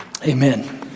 Amen